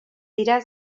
dira